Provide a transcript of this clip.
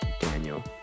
Daniel